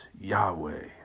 Yahweh